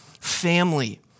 family